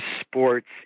sports